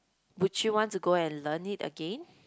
would you want to go and learn it again